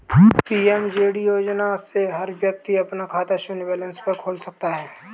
PMJD योजना से हर व्यक्ति अपना खाता शून्य बैलेंस पर खोल सकता है